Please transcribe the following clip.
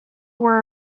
were